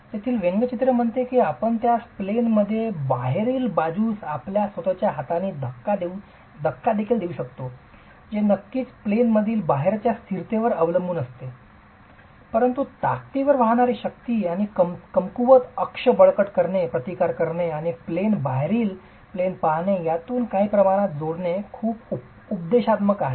तेथील व्यंगचित्र म्हणते की आपण त्यास प्लेन मधे बाहेरील बाजूस आपल्या स्वत च्या हातांनी धक्का देखील देऊ शकता जे नक्कीच प्लेन माधिल बाहेरच्या स्थिरतेवर अवलंबून असते दिशानिर्देश परंतु ताकदीवर वाकणारी शक्ती आणि कमकुवत अक्ष बळकट करणे प्रतिकार करणे आणि प्लेन बाहेरील प्लेन पाहणे यातून काही प्रमाणात जोडणे खूपच उपदेशात्मक आहे